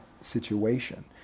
situation